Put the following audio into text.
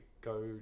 go